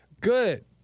good